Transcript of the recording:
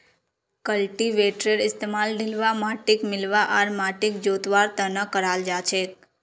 कल्टीवेटरेर इस्तमाल ढिलवा माटिक मिलव्वा आर माटिक जोतवार त न कराल जा छेक